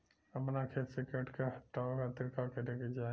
अपना खेत से कीट के हतावे खातिर का करे के चाही?